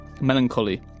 melancholy